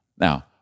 Now